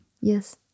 Yes